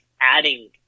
adding